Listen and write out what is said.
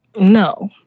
No